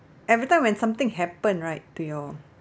everytime when something happen right to your